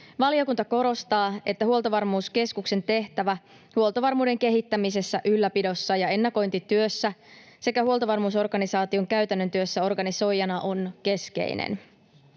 Valiokunta korostaa, että Huoltovarmuuskeskuksen tehtävä huoltovarmuuden kehittämisessä, ylläpidossa ja ennakointityössä sekä huoltovarmuusorganisaation käytännön työn organisoijana on keskeinen.